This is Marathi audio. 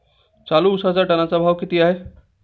चालू उसाचा टनाचा भाव किती आहे?